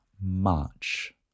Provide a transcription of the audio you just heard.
March